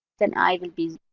then i will be,